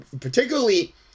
particularly